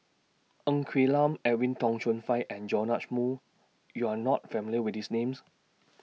Ng Quee Lam Edwin Tong Chun Fai and Joash Moo YOU Are not familiar with These Names